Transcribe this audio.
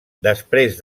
després